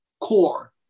core